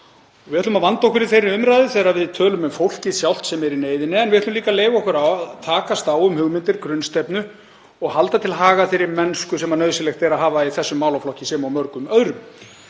Við ætlum að vanda okkur í þeirri umræðu þegar við tölum um fólkið sjálft sem er í neyðinni en við ætlum líka að leyfa okkur að takast á um hugmyndir og grunnstefnu og halda til haga þeirri mennsku sem nauðsynlegt er að hafa í þessum málaflokki sem og mörgum öðrum.